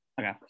Okay